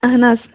اَہَن حظ